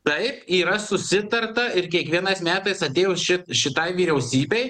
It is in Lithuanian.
taip yra susitarta ir kiekvienais metais atėjus ši šitai vyriausybei